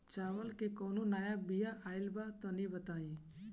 चावल के कउनो नया बिया आइल बा तनि बताइ?